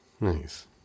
Nice